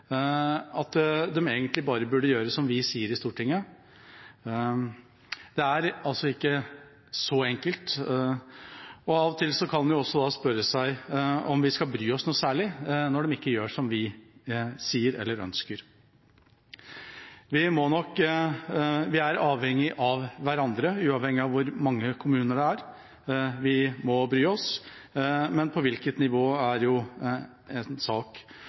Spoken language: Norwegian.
at de egentlig bare burde gjøre som vi sier i Stortinget. Det er ikke så enkelt. Og av og til kan en også spørre seg om vi skal bry oss noe særlig når de ikke gjør som vi sier eller ønsker. Vi er avhengig av hverandre, uavhengig av hvor mange kommuner det er. Vi må bry oss, men på hvilket nivå? En kan også stille spørsmålet: Når såpass mye midler står ubrukt, hvorfor er det ikke en prioritert sak